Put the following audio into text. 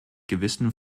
gewissen